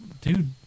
Dude